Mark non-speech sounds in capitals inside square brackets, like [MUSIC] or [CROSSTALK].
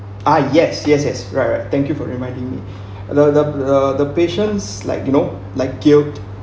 ah yes yes yes right right thank you for reminding me [BREATH] the the the the patients like you know like guilt